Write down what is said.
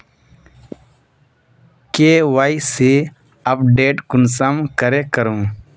KYC update कुंसम करे करूम?